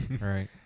Right